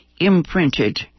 imprinted